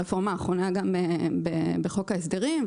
והרפורמה האחרונה בחוק ההסדרים.